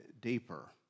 deeper